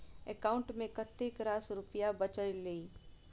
account मे कतेक रास रुपया बचल एई